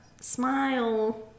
Smile